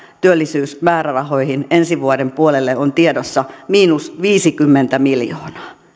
työllisyysmäärärahoihin ensi vuoden puolelle on tiedossa miinus viisikymmentä miljoonaa